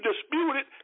disputed